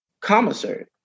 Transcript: commissary